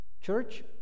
Church